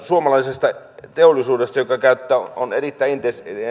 suomalaisesta teollisuudesta joka on erittäin